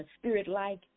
spirit-like